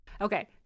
Okay